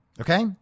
Okay